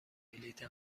بلیط